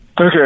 okay